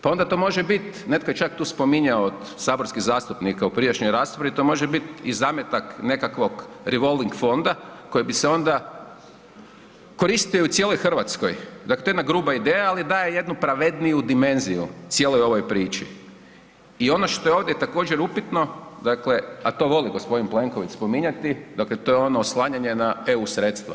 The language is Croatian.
Pa onda to može bit, netko je tu čak spominjao od saborskih zastupnika u prijašnjoj raspravi, to može biti i zametak nekakvog revolving fonda koji bi se onda koristili u cijeloj Hrvatskoj, dakle to je jedna grupa ideja, ali daje jednu pravedniju dimenziju cijeloj ovoj priči i ono što je ovdje također, upitno, dakle, a to voli g. Plenković spominjati, dakle to je ono oslanjanje na EU sredstva.